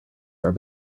are